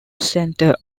centre